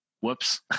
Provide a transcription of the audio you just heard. whoops